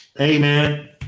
Amen